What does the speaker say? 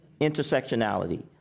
Intersectionality